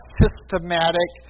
systematic